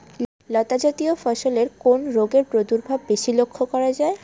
লতাজাতীয় ফসলে কোন রোগের প্রাদুর্ভাব বেশি লক্ষ্য করা যায়?